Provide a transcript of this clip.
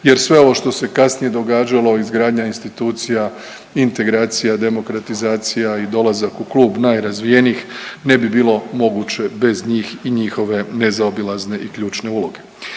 jer sve ovo što se kasnije događalo, izgradnja institucija, integracija, demokratizacija i dolazak u klub najrazvijenijih, ne bi bilo moguće bez njih i njihove nezaobilazne i ključne uloge.